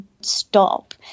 stop